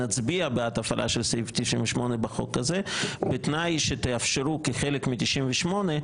שנצביע בעד הפעלה של סעיף 98 בחוק הזה ובתנאי שתאפשרו כחלק מ-98,